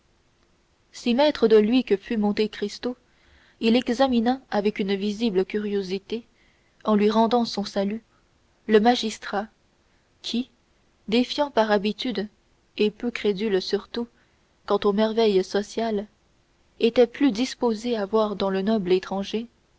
si maître de lui que fût monte cristo il examina avec une visible curiosité en lui rendant son salut le magistrat qui défiant par habitude et peu crédule surtout quant aux merveilles sociales était plus disposé à voir dans le noble étranger cétait